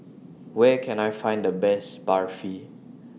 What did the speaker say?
Where Can I Find The Best Barfi